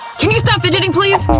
can you stop fidgeting please?